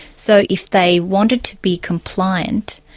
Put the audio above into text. so if they wanted to be compliant,